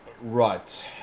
Right